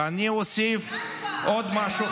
ואני אוסיף עוד משהו,